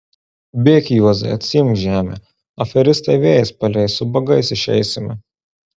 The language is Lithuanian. bėk juozai atsiimk žemę aferistai vėjais paleis ubagais išeisime